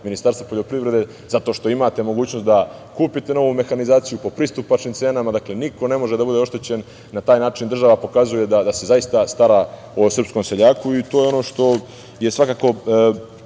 Ministarstva poljoprivrede zato što imate mogućnost da kupite novu mehanizaciju po pristupačnim cenama. Dakle, niko ne može da bude oštećen i na taj način država pokazuje da se zaista stara o srpskom seljaku i to je ono što je svakako